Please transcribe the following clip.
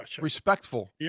respectful